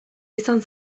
izan